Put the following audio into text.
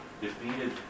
defeated